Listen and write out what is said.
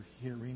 hearing